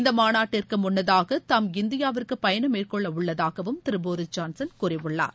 இந்த மாநாட்டிற்கு முன்னதாக தாம் இந்தியாவிற்கு பயணம் மேற்கொள்ள உள்ளதாகவும் திரு போரிஸ் ஜான்சன் கூறியுள்ளார்